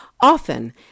Often